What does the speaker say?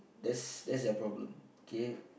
that's that's their problem okay